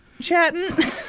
chatting